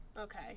Okay